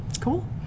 cool